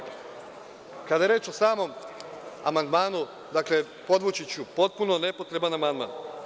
Kada je reč o samom amandmanu, dakle podvućiću potpuno nepotreban amandman.